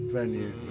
venue